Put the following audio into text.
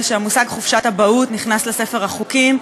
שהמושג "חופשת אבהות" נכנס לספר החוקים,